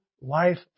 life